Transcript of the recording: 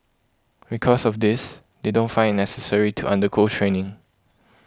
because of this they don't find it necessary to undergo training